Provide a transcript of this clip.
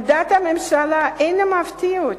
עמדת הממשלה אינה מפתיעה אותי.